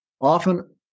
often